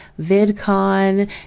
vidcon